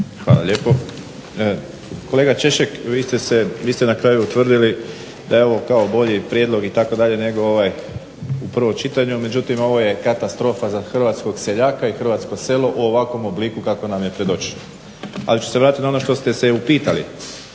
Hvala lijepo. Kolega Češek, vi ste na kraju utvrdili da je ovo kao bolji prijedlog itd. nego ovaj u prvom čitanju. Međutim ovo je katastrofa za hrvatskog seljaka i hrvatsko selo u ovakvom obliku kako nam je predočeno. Ali ću se vratiti na ono što ste se upitali